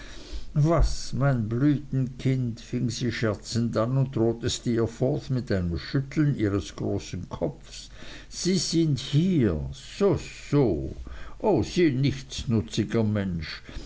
was mein blütenkind fing sie scherzend an und drohte steerforth mit einem schütteln ihres großen kopfs sie sind hier so so o sie nichtsnutziger mensch